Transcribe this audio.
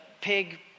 pig